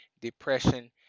depression